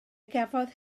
gafodd